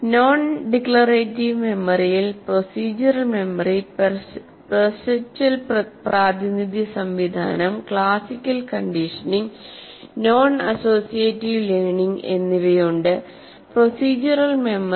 non declarative മെമ്മറിയിൽ procedural memory perceptual പ്രാതിനിധ്യ സംവിധാനം classical conditioning non associative learning എന്നിവയുണ്ട് പ്രോസിജ്വറൽ മെമ്മറി